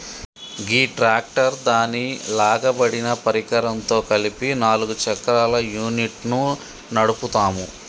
గీ tractor దాని లాగబడిన పరికరంతో కలిపి నాలుగు చక్రాల యూనిట్ను నడుపుతాము